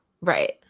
Right